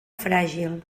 fràgil